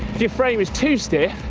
if your frame is too stiff,